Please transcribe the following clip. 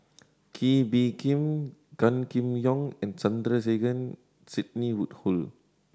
Kee Bee Khim Gan Kim Yong and Sandrasegaran Sidney Woodhull